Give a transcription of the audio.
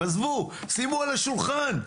עזבו, שימו על השולחן.